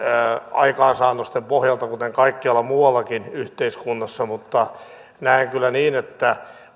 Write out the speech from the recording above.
aikaansaannosten pohjalta kuten kaikkialla muuallakin yhteiskunnassa mutta näen kyllä niin että